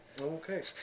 Okay